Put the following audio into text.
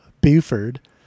Buford